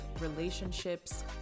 relationships